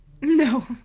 No